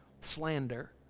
slander